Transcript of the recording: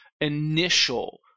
initial